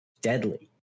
deadly